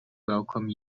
welcome